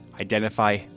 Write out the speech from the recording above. identify